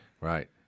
Right